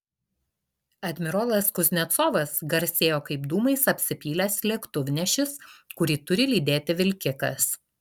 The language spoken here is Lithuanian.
admirolas kuznecovas garsėjo kaip dūmais apsipylęs lėktuvnešis kurį turi lydėti vilkikas